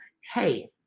hey